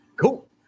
Cool